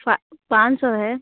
फ़ा पाँच सौ है